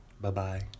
Bye-bye